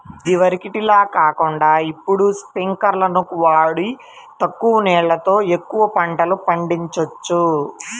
ఇదివరకటి లాగా కాకుండా ఇప్పుడు స్పింకర్లును వాడి తక్కువ నీళ్ళతో ఎక్కువ పంటలు పండిచొచ్చు